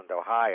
Ohio